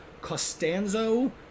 Costanzo